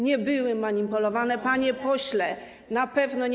Nie były manipulowane, panie pośle, na pewno nie.